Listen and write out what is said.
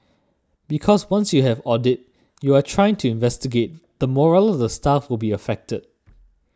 because once you have audit you are trying to investigate the morale of the staff will be affected